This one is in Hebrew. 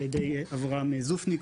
על ידי אברהם זופניק,